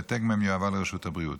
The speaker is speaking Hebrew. והעתק מהן יועבר לרשות הבריאות.